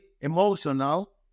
emotional